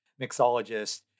mixologist